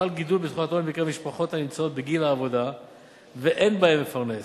חל גידול בתחולת העוני בקרב משפחות הנמצאות בגיל העבודה ואין בהן מפרנס.